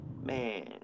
man